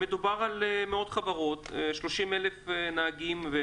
מדובר על מאות חברות ועל 30,000 נהגים.